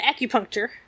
acupuncture